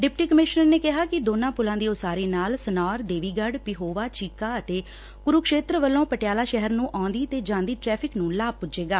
deputy commissioner ਨੇ ਕਿਹਾ ਕਿ ਦੋਨਾਂ ਪੁਲਾਂ ਦੀ ਉਸਾਰੀ ਨਾਲ ਸਨੌਰ ਦੇਵੀਗੜ ਪਿਹੋਵਾ ਚੀਕਾ ਅਤੇ ਕੁਰੁਕਸ਼ੇਤਰ ਵੱਲੋਂ ਪਟਿਆਲਾ ਸ਼ਹਿਰ ਨੂੰ ਆਉਂਦੀ ਤੇ ਜਾਂਦੀ ਟਰੈਫਿਕ ਨੂੰ ਲਾਭ ਪੁੱਜੇਗਾ